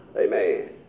Amen